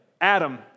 Adam